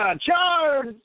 charge